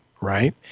Right